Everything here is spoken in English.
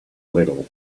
little